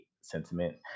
sentiment